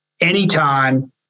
anytime